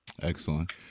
Excellent